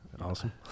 awesome